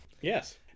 yes